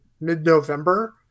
mid-November